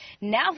now